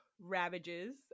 ravages